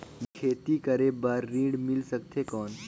मोला खेती करे बार ऋण मिल सकथे कौन?